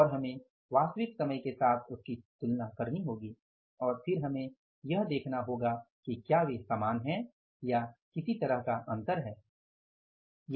और हमें वास्तविक समय के साथ उसकी तुलना करनी होगी और फिर हमें यह देखना होगा कि क्या वे समान है या किसी तरह का अंतर है